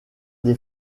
des